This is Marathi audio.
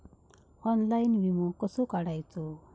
ऑनलाइन विमो कसो काढायचो?